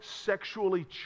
sexually